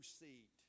seat